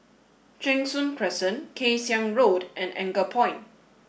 Cheng Soon Crescent Kay Siang Road and Anchorpoint